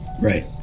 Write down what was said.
right